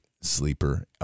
sleeper